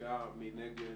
מי נגד?